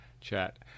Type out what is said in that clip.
chat